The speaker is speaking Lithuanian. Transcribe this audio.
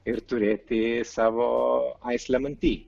ir turėti savo aislemanti